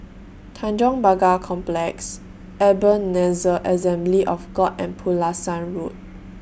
Tanjong Pagar Complex Ebenezer Assembly of God and Pulasan Road